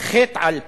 חטא על פשע,